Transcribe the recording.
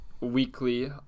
weekly